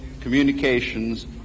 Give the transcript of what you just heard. communications